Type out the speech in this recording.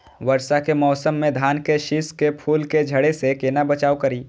वर्षा के मौसम में धान के शिश के फुल के झड़े से केना बचाव करी?